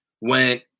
went